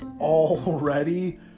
already